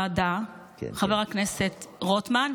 אני מודה ליושב-ראש הוועדה חבר הכנסת רוטמן,